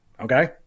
Okay